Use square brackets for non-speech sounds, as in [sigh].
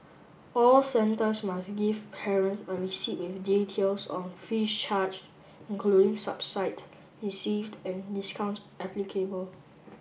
all centres must give parents a receipt with details on fees charge including [unintelligible] received and discounts applicable